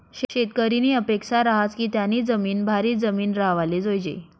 शेतकरीनी अपेक्सा रहास की त्यानी जिमीन भारी जिमीन राव्हाले जोयजे